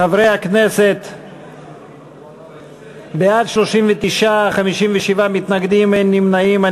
חברי הכנסת, בעד, 39, 57 מתנגדים, אין נמנעים.